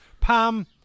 Pam